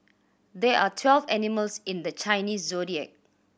there are twelve animals in the Chinese Zodiac